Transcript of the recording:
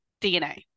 DNA